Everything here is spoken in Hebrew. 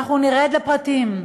נרד לפרטים,